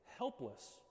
helpless